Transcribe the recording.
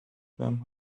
them